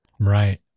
Right